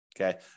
Okay